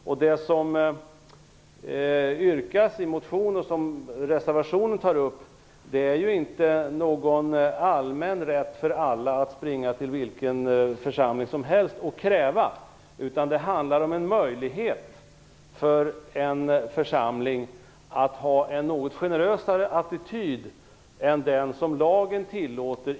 Yrkandet i motionen och det som tas upp i reservationen är inte någon allmän rätt för alla att springa till vilken församling som helst och ställa krav, utan det handlar om en möjlighet för en församling att ha en något generösare attityd än den som lagen i dag tillåter.